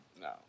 No